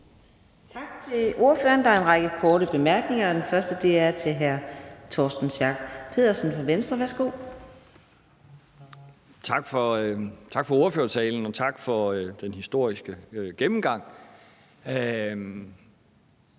Tak til ordføreren. Der er en række korte bemærkninger. Den første er til hr. Torsten Schack Pedersen fra Venstre. Værsgo. Kl. 10:43 Torsten Schack Pedersen (V): Tak for ordførertalen. Og tak for den historiske gennemgang.